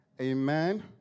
Amen